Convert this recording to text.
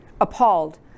appalled